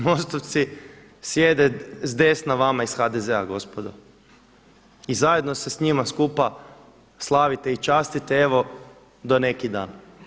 MOST-ovci sjede s desna vama iz HDZ-a gospodo i zajedno se s njima skupa slavite i častite evo do neki dan.